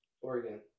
Oregon